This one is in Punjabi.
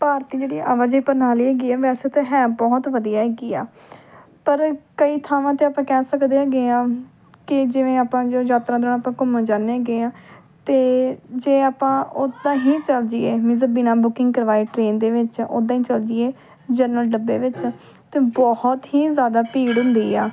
ਭਾਰਤ ਦੀ ਜਿਹੜੀ ਆਵਾਜਾਈ ਪ੍ਰਣਾਲੀ ਹੈਗੀ ਹੈ ਵੇਸੇ ਤਾਂ ਹੈ ਬਹੁਤ ਵਧੀਆ ਹੈਗੀ ਆ ਪਰ ਕਈ ਥਾਵਾਂ 'ਤੇ ਆਪਾਂ ਕਹਿ ਸਕਦੇ ਹੈਗੇ ਹਾਂ ਕਿ ਜਿਵੇਂ ਆਪਾਂ ਯ ਯਾਤਰਾ ਦੌਰਾਨ ਆਪਾਂ ਘੁੰਮਣ ਜਾਂਦੇ ਹੈਗੇ ਹਾਂ ਅਤੇ ਜੇ ਆਪਾਂ ਉੱਦਾਂ ਹੀ ਚਲ ਜੀਏ ਮੀਨਜ਼ ਬਿਨਾਂ ਬੁਕਿੰਗ ਕਰਵਾਏ ਟਰੇਨ ਦੇ ਵਿੱਚ ਉੱਦਾਂ ਹੀ ਚਲ ਜੀਏ ਜਨਰਲ ਡੱਬੇ ਵਿੱਚ ਤਾਂ ਬਹੁਤ ਹੀ ਜ਼ਿਆਦਾ ਭੀੜ ਹੁੰਦੀ ਆ